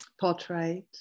portrayed